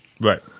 Right